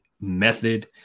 method